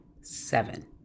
seven